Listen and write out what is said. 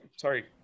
Sorry